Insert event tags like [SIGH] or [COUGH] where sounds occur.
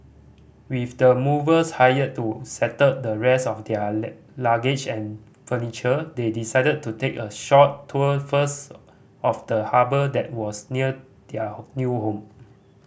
with the movers hired to settle the rest of their [UNINTELLIGIBLE] luggage and furniture they decided to take a short tour first of the harbour that was near their new home